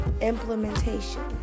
implementation